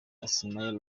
ismaïl